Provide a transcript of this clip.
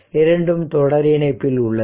இரண்டும் தொடர் இணைப்பில் உள்ளது